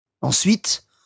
Ensuite